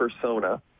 Persona